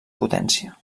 potència